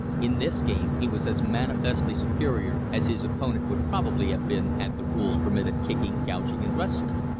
in this game he was as manifestly superior as his opponent would probably have been had the rules permitted kicking, gouging, and wrestling.